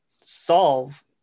solve